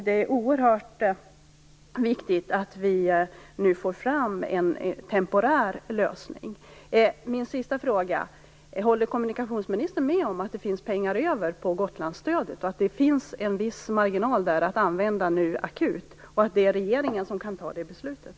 Det är oerhört viktigt att vi nu får fram en temporär lösning. En sista fråga: Håller kommunikationsministern med om att det finns pengar över vad gäller Gotlandsstödet, att det finns en viss marginal att använda nu - akut - och att det är regeringen som kan fatta det beslutet?